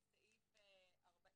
"(ג)